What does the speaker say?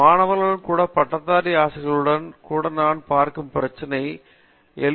மாணவர்களுடனும் கூட பட்டதாரி ஆசிரியர்களுடனும் கூட நான் பார்க்கும் பிரச்சனை எல்